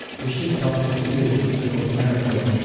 were shipped off in a sloop for north america.